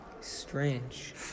Strange